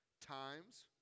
times